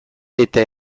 eta